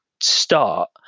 start